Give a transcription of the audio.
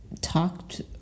talked